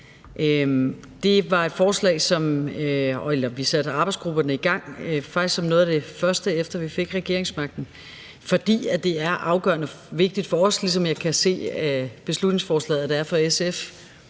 det. Vi satte faktisk arbejdsgrupperne i gang som noget af det første, efter vi fik regeringsmagten, fordi det er afgørende vigtigt for os, ligesom jeg kan se på beslutningsforslaget at det er for SF,